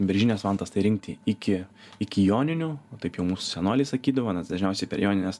beržines vantas tai rinkti iki iki joninių o taip jau mūsų senoliai sakydavo nes dažniausiai per jonines